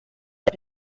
rya